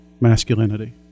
masculinity